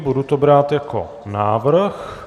Budu to brát jako návrh.